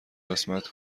قسمت